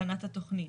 הכנת התכנית.